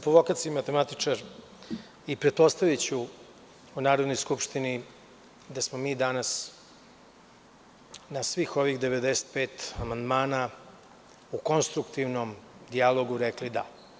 Po vokaciji sam matematičar i pretpostaviću o Narodnoj skupštini da smo mi danas na svih ovih 95 amandmana u konstruktivnom dijalogu rekli da.